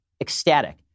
ecstatic